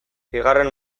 bigarren